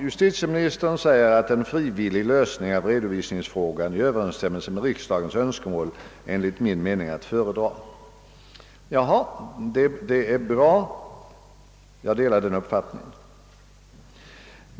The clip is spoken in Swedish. Justitieministern säger i sitt svar: »En frivillig lösning av redovisningsfrågan i överensstämmelse med riksdagens önskemål är enligt min mening att föredra.» Det är bra; jag delar den uppfattningen.